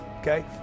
okay